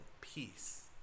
peace